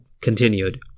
continued